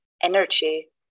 energy